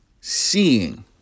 seeing